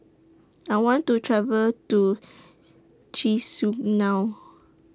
I want to travel to Chisinau